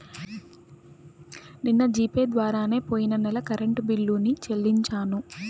నిన్న G pay ద్వారానే పొయ్యిన నెల కరెంట్ బిల్లుని చెల్లించాను